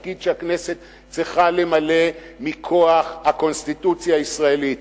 היא לא רוצה בתפקיד שהכנסת צריכה למלא מכוח הקונסטיטוציה הישראלית.